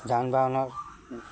যান বাহনৰ